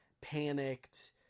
panicked